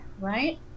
right